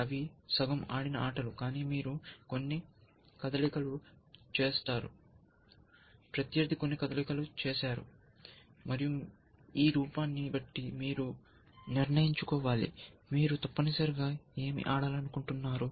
అవి సగం ఆడిన ఆటలు కానీ మీరు కొన్ని కదలికలు చేసారు ప్రత్యర్థి కొన్ని కదలికలు చేసారు మరియు ఈ రూపాన్ని బట్టి మీరు నిర్ణయించుకోవాలి మీరు తప్పనిసరిగా ఏమి ఆడాలనుకుంటున్నారు